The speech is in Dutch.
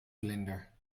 vlinder